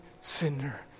sinner